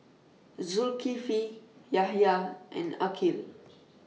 Zulkifli Yahya and Aqil